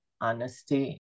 honesty